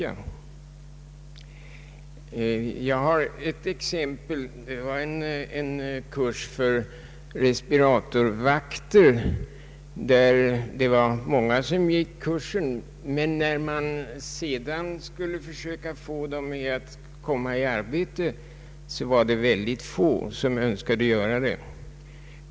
Jag kan här anföra ett exempel. För respiratorvakter anordnades en kurs som många genomgick. Men när man sedan skulle försöka att få dem som genomgått kursen att åta sig arbetet, önskade mycket få göra det.